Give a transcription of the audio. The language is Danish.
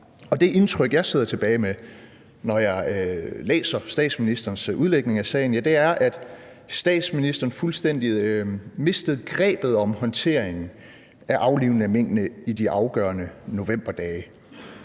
det indtryk, jeg sidder tilbage med, når jeg læser statsministerens udlægning af sagen, er, at statsministeren fuldstændig mistede grebet om håndteringen af aflivningen af minkene i de afgørende novemberdage.